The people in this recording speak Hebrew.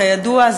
כידוע,